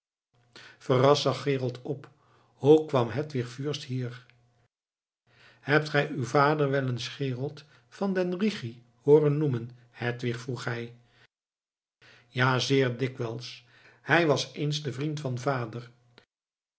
verrast zag gerold op hoe kwam hedwig fürst hier hebt gij uw vader wel eens gerold van den rigi hooren noemen hedwig vroeg hij ja zeer dikwijls hij was eens de vriend van vader